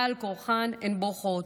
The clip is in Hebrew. בעל כורחן הן בורחות.